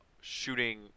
shooting